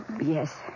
Yes